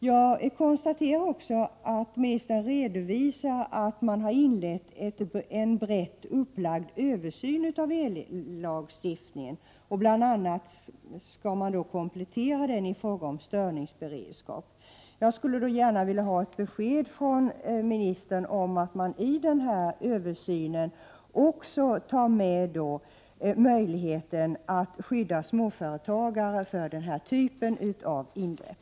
Jag konstaterar också att ministern redovisar att man har inlett en brett upplagd översyn av ellagstiftningen. Man skall bl.a. komplettera den i fråga om störningsberedskap. Jag skulle gärna vilja ha ett besked från ministern om att man i denna översyn också tar med möjligheten att skydda småföretagare för denna typ av ingrepp.